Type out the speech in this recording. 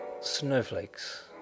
snowflakes